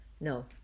No